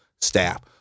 staff